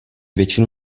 většinu